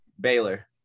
Baylor